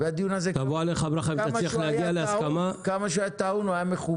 את כל חברי הכנסת ולהגיע להסדר צודק מבלי לחסל את ענף ההטלה.